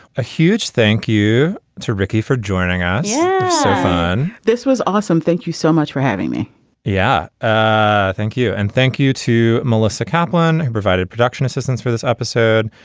a huge thank you to ricky for joining us so yeah fun. this was awesome thank you so much for having me yeah. ah thank you. and thank you to melissa kaplan and provided production assistance for this episode.